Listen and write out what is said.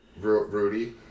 Rudy